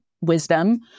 wisdom